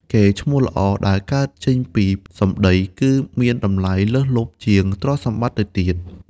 កេរ្តិ៍ឈ្មោះល្អដែលកើតចេញពីសម្ដី គឺមានតម្លៃលើសលប់ជាងទ្រព្យសម្បត្តិទៅទៀត។